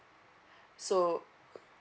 so